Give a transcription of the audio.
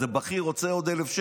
איזה בכיר רוצה עוד 1,000 שקל,